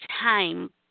time